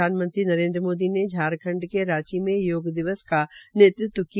प्रधानमंत्री नरेन्द्र मोदी ने झांरखंड के रांची में योग दिवस का नेतृत्व किया